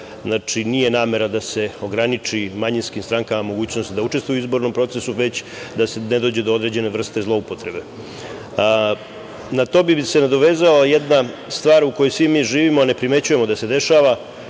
Znači, nije namera da se ograni manjinskim strankama mogućnost da učestvuju u izbornom procesu, već da ne dođe do određene vrste zloupotrebe. Na to bi se nadovezala jedna stvar u kojoj svi mi živimo a ne primećujemo da se dešava,